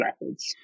methods